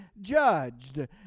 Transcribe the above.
judged